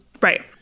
Right